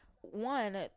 one